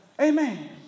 Amen